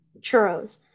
churros